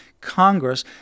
Congress